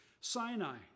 Sinai